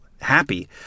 happy